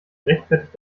rechtfertigt